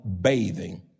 bathing